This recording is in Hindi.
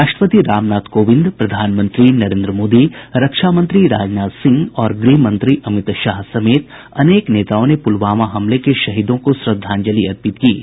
राष्ट्रपति रामनाथ कोविंद प्रधानमंत्री नरेन्द्र मोदी रक्षा मंत्री राजनाथ सिंह और गृह मंत्री अमित शाह समेत अनेक नेताओं ने पुलवामा हमले के शहीदों को श्रद्धांजलि अर्पित की है